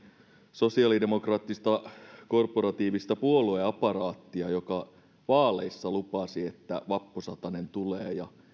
sosiaalidemokraattista korporatiivista puolueapparaattia niin se vaaleissa lupasi että vappusatanen tulee ja